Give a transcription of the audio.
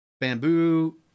bamboo